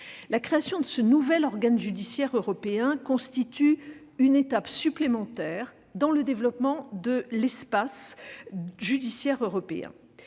La création de ce nouvel organe judiciaire européen constitue une étape supplémentaire dans le développement de l'espace judiciaire européen.